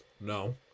No